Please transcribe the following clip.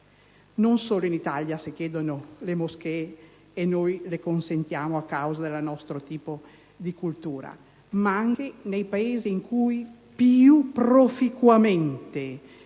non solo in Italia, dove si chiedono le moschee, e noi le consentiamo grazie alla nostra cultura, ma anche nei Paesi in cui più proficuamente